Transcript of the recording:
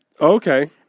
Okay